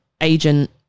agent